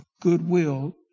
goodwill